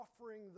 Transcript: offering